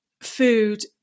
food